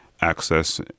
access